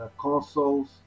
consoles